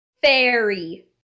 Fairy